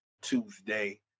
tuesday